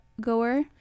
goer